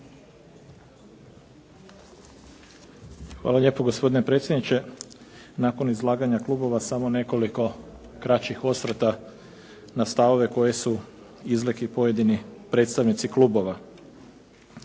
Hvala lijepo gospodine predsjedniče. Nakon izlaganja klubova samo nekoliko kraćih osvrta na stavove koje su izrekli pojedini predstavnici klubova.